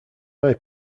eye